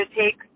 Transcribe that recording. take